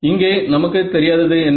இங்கே நமக்கு தெரியாதது என்ன